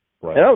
right